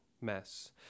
mess